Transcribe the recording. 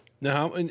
Now